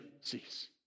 cease